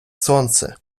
сонце